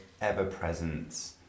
ever-present